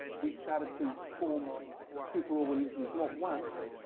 we started to form superorganisms not once,